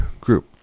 group